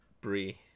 brie